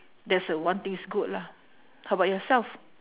that's a one things good lah how about yourself